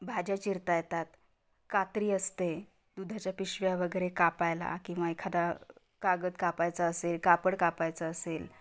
भाज्या चिरता येतात कात्री असते दुधाच्या पिशव्या वगैरे कापायला किंवा एखादा कागद कापायचा असेल कापड कापायचं असेल